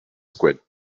squid